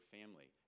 family